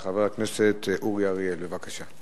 של חבר כנסת אורי אריאל, בבקשה.